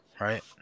right